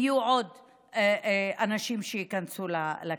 יהיו עוד אנשים שייכנסו לכלא.